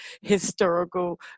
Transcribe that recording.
historical